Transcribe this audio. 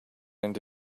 into